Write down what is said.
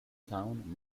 town